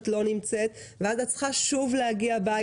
את לא נמצאת ואז את צריכה שוב להגיע הביתה,